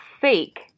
fake